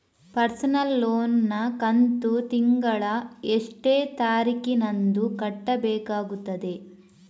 Personal loan ನ ಕಂತು ತಿಂಗಳ ಎಷ್ಟೇ ತಾರೀಕಿನಂದು ಕಟ್ಟಬೇಕಾಗುತ್ತದೆ?